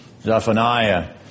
Zephaniah